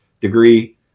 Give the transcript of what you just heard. degree